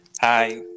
Hi